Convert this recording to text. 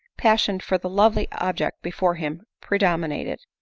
passion for the lovely object before him predominated.